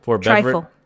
Trifle